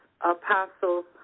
Apostle